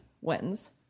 wins